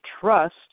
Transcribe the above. trust